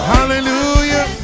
Hallelujah